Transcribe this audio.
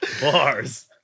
Bars